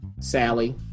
Sally